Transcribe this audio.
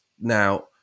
now